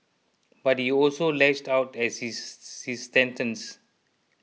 but he also lashed out as his his sentence